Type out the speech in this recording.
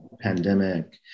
pandemic